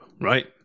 right